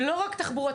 לא רק תחבורתית